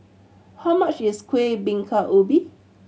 how much is Kueh Bingka Ubi